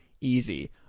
easy